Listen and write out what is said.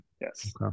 Yes